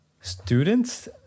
Students